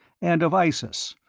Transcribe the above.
and of isis,